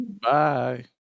Bye